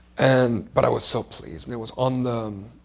and but i was so pleased. and it was on the